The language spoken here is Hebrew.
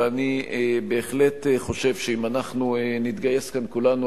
ואני בהחלט חושב שאם אנחנו נתגייס כאן כולנו,